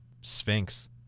Sphinx